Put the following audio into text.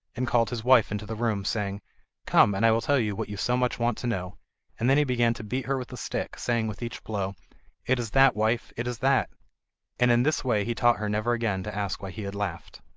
and called his wife into the room, saying come, and i will tell you what you so much want to know' and then he began to beat her with the stick, saying with each blow it is that, wife, it is that and in this way he taught her never again to ask why he had laughed.